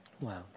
Wow